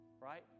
right